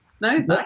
No